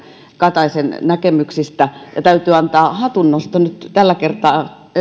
kataisen näkemyksistä ja täytyy antaa hatunnosto nyt tällä kertaa